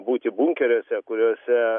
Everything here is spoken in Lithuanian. būti bunkeriuose kuriuose